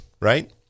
right